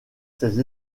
ses